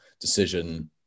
decision